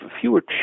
Fewer